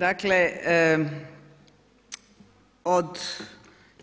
Dakle od